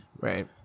Right